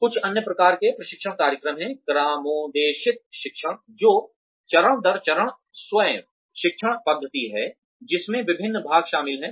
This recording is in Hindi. कुछ अन्य प्रकार के प्रशिक्षण कार्यक्रम हैं क्रमादेशित शिक्षण जो चरण दर चरण स्व शिक्षण पद्धति है जिसमें विभिन्न भाग शामिल हैं